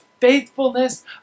faithfulness